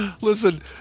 Listen